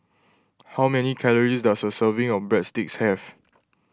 how many calories does a serving of Breadsticks have